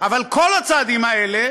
אבל כל הצעדים האלה